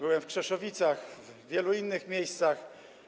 Byłem w Krzeszowicach, w wielu innych miejscach.